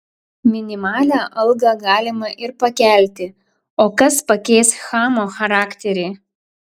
minimalią algą galima ir pakelti o kas pakeis chamo charakterį